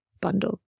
bundle